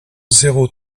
zéro